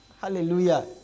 Hallelujah